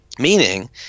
Meaning